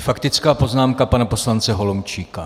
Faktická poznámka pana poslance Holomčíka.